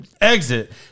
exit